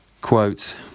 quote